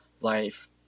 life